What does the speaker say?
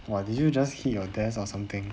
!wah! did you just hit your desk or something